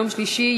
יום שלישי,